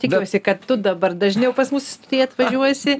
tikiuosi kad tu dabar dažniau pas mus atvažiuosi